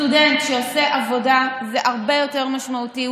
סטודנט שעושה עבודה זה הרבה יותר משמעותי,